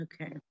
Okay